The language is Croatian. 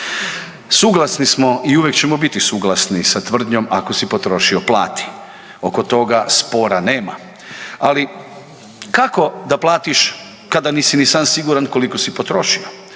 Suglasni smo i uvijek ćemo biti suglasni sa tvrdnjom „ako si potrošio plati“, oko toga spora nema, ali kako da platiš kada nisi ni sam siguran koliko si potrošio,